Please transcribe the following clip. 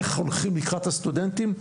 איך הולכים לקראת הסטודנטים,